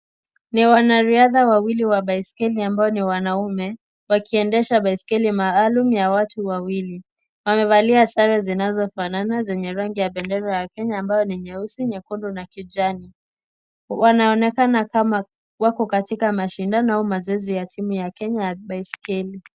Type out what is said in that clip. Ni wanariadha wawili wa baiskeli ambao ni wanaume, wakiendesha baiskeli maalum ya watu wawili. Wamevalia sare zinazofanana zenye rangi ya bendera ya Kenya ambayo ni nyeusi, nyekundu, na kijani. Wanaonekana kama wako katika mashindano au mazoezi ya timu ya Kenya ya baiskeli.